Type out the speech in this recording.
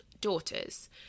daughters